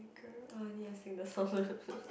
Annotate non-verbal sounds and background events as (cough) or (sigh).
girl I need to sing the song (laughs)